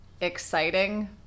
exciting